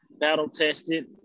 battle-tested